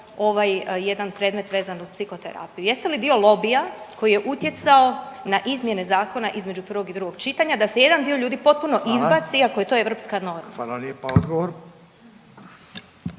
ovaj jedan predmet vezan uz psihoterapiju, jeste li dio lobija koji je utjecao na izmjene zakona između prvog i drugog čitanja da se jedan dio ljudi potpuno izbaci iako je to europska norma? **Radin, Furio